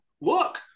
Look